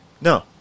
no